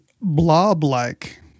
blob-like